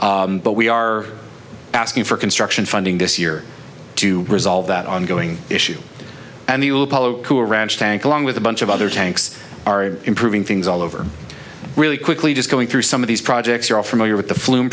but we are asking for construction funding this year to resolve that ongoing issue and the ranch tank along with a bunch of other tanks are improving things all over really quickly just going through some of these projects are all familiar with the flu